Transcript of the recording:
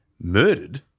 murdered